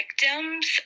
victims